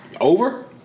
Over